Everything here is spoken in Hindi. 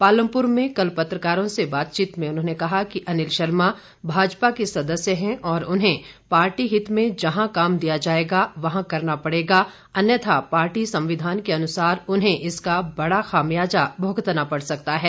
पालमपुर में कल पत्रकारों से बातचीत में उन्होंने कहा कि अनिल शर्मा भाजपा के सदस्य हैं और उन्हें पार्टी हित में जहां काम दिया जाएगा वहां करना पड़ेगा अन्यथा पार्टी संविधान के अनुसार उन्हें इसका बड़ा खामियाजा भुगतना पड़ सकता है